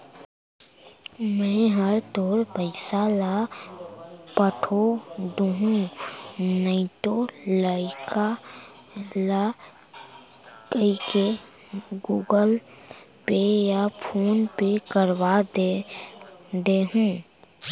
मैं हर तोर पइसा ल पठो दुहूँ नइतो लइका ल कइके गूगल पे या फोन पे करवा दे हूँ